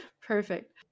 Perfect